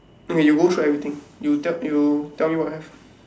okay you go through everything you tell you tell me what you have